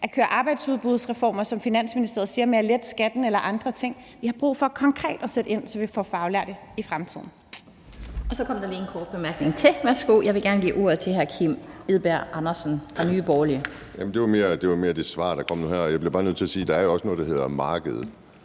at køre arbejdsudbudsreformer, som Finansministeriet siger, eller at lette skatten eller andre ting. Vi har brug for konkret at sætte ind, så vi får faglærte i fremtiden.